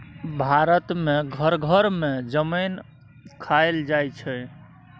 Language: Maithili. भारत मे घर घर मे जमैन खाएल जाइ छै